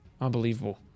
Unbelievable